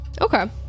Okay